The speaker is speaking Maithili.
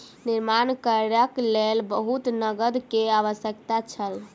निर्माण कार्यक लेल बहुत नकद के आवश्यकता छल